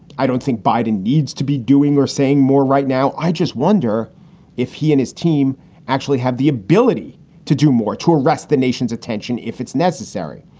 i don't think biden needs to be doing or saying more right now. i just wonder if he and his team actually have the ability to do more to address the nation's attention if it's necessary.